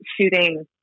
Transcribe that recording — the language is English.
shooting